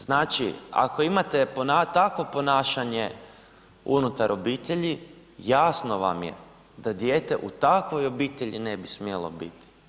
Znači, ako imate takvo ponašanje unutar obitelji jasno vam je da dijete u takvoj obitelji ne bi smjelo biti.